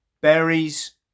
berries